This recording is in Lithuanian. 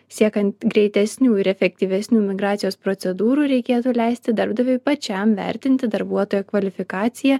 siekiant greitesnių ir efektyvesnių migracijos procedūrų reikėtų leisti darbdaviui pačiam vertinti darbuotojo kvalifikaciją